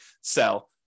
sell